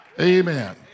Amen